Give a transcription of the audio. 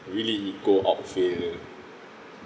really go outfield